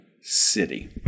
city